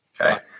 okay